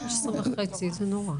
שש עשרה וחצי, זה נורא.